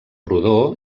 rodó